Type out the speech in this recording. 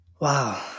Wow